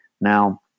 Now